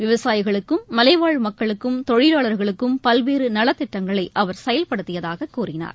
விவசாயிகளுக்கும் மலைவாழ் மக்களுக்கும் தொழிலாளர்களுக்கும் பல்வேறுநலத்திட்டங்களைஅவர் செயல்படுத்தியதாககூறினார்